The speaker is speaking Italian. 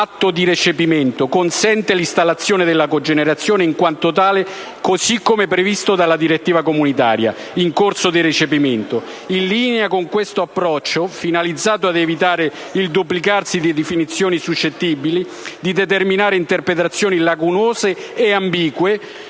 atto di recepimento, consente l'installazione della cogenerazione in quanto tale, così come previsto dalla direttiva comunitaria in corso di recepimento. In linea con questo approccio, finalizzato ad evitare il sovrapporsi di definizioni suscettibili di determinare interpretazioni lacunose e ambigue,